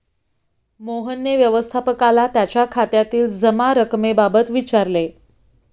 मोहनने व्यवस्थापकाला त्याच्या खात्यातील जमा रक्कमेबाबत विचारले